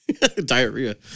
Diarrhea